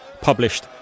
published